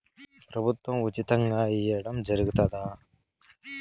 ప్రభుత్వం ఉచితంగా ఇయ్యడం జరుగుతాదా?